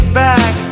back